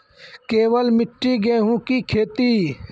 केवल मिट्टी गेहूँ की खेती?